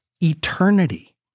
eternity